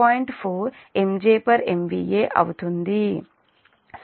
4 MJ MVA అవుతుంది